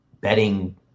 betting